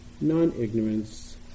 non-ignorance